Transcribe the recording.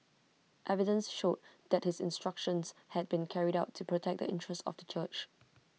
evidence showed that his instructions had been carried out to protect the interests of the church